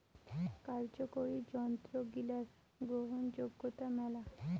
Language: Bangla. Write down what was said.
কার্যকরি যন্ত্রগিলার গ্রহণযোগ্যতা মেলা